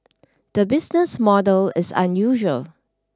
the business model is unusual